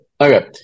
okay